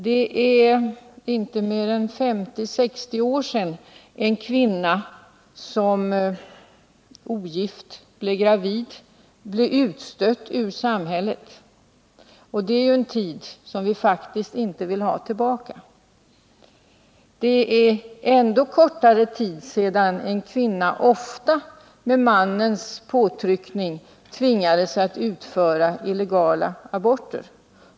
Det är inte mer än 50-60 år sedan som en kvinna som ogift blev gravid blev utstött ur samhället. Och det är en tid som vi faktiskt inte vill ha tillbaka. Det är ändå kortare tid sedan en kvinna, ofta efter manrens påtryckning, tvingades utföra illegal abort.